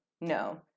No